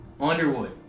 Underwood